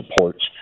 supports